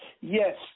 Yes